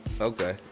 Okay